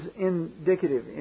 indicative